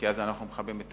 כי אז אנחנו מכבים את